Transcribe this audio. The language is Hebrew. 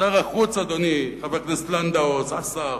שר החוץ, אדוני חבר הכנסת לנדאו, השר